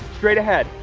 straight ahead,